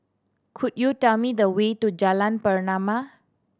could you tell me the way to Jalan Pernama